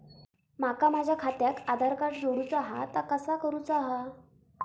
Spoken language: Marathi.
माका माझा खात्याक आधार कार्ड जोडूचा हा ता कसा करुचा हा?